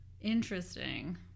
Interesting